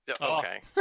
Okay